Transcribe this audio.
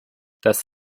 das